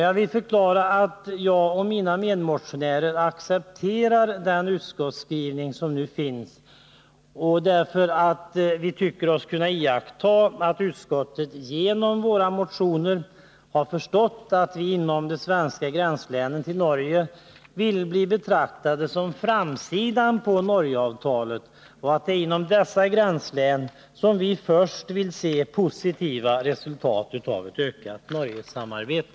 Jag vill förklara att jag och mina medmotionärer accepterar utskottets skrivning, eftersom vi tycker oss kunna iaktta att utskottet förstått den syn som vi givit uttryck för i våra motioner om Norgesamarbetet, nämligen att de svenska gränslänen mot Norge vill bli betraktade som framsidan av Norgeavtalet — det är inom dessa gränslän som vi först vill se positiva resultat av ett ökat Norgesamarbete.